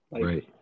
Right